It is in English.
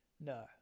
No